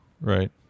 Right